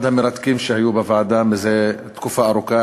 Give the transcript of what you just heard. אחד המרתקים שהיו בוועדה זה תקופה ארוכה,